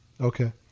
Okay